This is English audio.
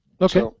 Okay